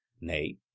Nay